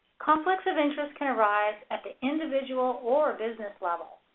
conflicts of interest can arise at the individual or business level.